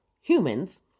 humans